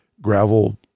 gravel